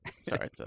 Sorry